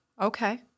Okay